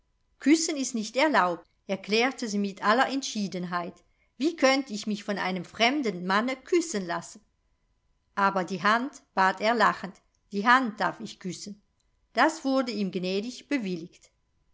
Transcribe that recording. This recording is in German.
küssen ist nicht erlaubt erklärte sie mit aller entschiedenheit wie könnte ich mich von einem fremden manne küssen lassen aber die hand bat er lachend die hand darf ich küssen das wurde ihm gnädig bewilligt